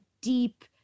deep